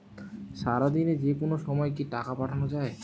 সারাদিনে যেকোনো সময় কি টাকা পাঠানো য়ায়?